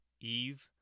Eve